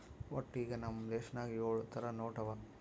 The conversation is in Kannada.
ವಟ್ಟ ಈಗ್ ನಮ್ ದೇಶನಾಗ್ ಯೊಳ್ ಥರ ನೋಟ್ ಅವಾ